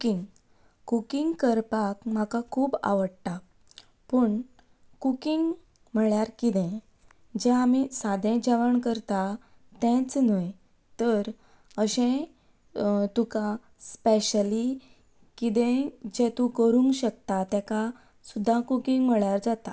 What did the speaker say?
cooking cooking करपाक म्हाका खूब आवडटा पूण कुकींग म्हणल्यार कितें जें आमी सादें जेवण करता तेंच न्हय तर अशें तुका स्पेशली कितेंय जें तूं करूंक शकता ताका सुद्दां कुकींग म्हणल्यार जाता